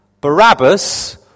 Barabbas